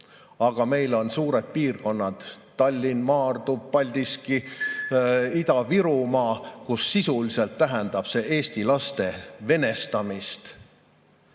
Aga meil on suured piirkonnad – Tallinn, Maardu, Paldiski, Ida-Virumaa –, kus sisuliselt tähendab see eesti laste venestamist.